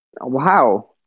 wow